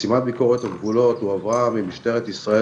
משימת ביקורת הגבולות הועברה ממשטרת ישראל